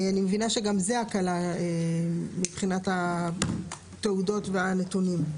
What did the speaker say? אני מבינה שגם זה הקלה מבחינת התעודות והנתונים.